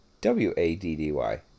W-A-D-D-Y